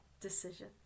decision